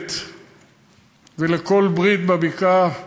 יולדת ולכל ברית בבקעה אז,